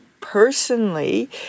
personally